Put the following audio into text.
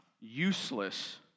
useless